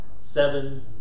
seven